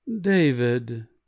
David